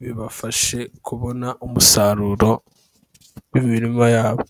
bibafashe kubona umusaruro, w'imirima yabo.